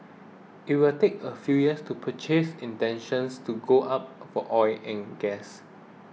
it will take a few years to purchase intentions to go up for oil and gas